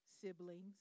siblings